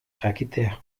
jakitea